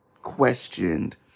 ...questioned